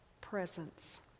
presence